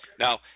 Now